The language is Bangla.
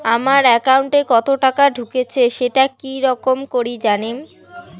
আমার একাউন্টে কতো টাকা ঢুকেছে সেটা কি রকম করি জানিম?